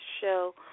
show